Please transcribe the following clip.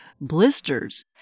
blisters